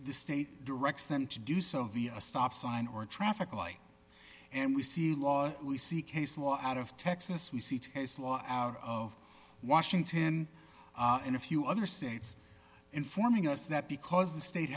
the state directs them to do so via a stop sign or a traffic light and we see laws we see case law out of texas we see case law out of washington in a few other states informing us that because the state